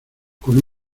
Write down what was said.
con